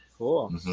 Cool